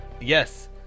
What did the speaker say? Yes